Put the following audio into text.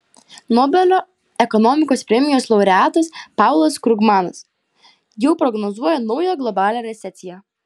nobelio ekonomikos premijos laureatas paulas krugmanas jau prognozuoja naują globalią recesiją